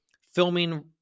filming